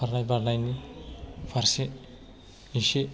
खारनाय बारनायनि फारसे इसे